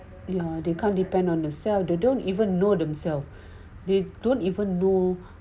ya they can't depend on themselves they don't even know themselves they don't even know